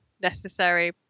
necessary